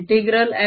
ds इतका आहे